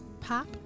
pop